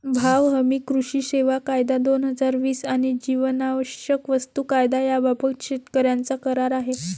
भाव हमी, कृषी सेवा कायदा, दोन हजार वीस आणि जीवनावश्यक वस्तू कायदा याबाबत शेतकऱ्यांचा करार आहे